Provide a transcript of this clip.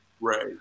Right